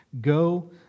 go